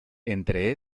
entre